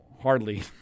hardly